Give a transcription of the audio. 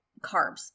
carbs